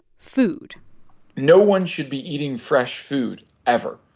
food no one should be eating fresh food ever.